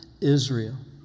Israel